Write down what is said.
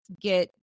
get